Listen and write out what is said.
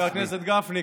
חבר הכנסת גפני,